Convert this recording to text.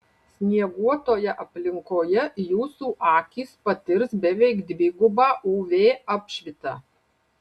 snieguotoje aplinkoje jūsų akys patirs beveik dvigubą uv apšvitą